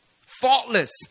faultless